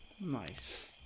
Nice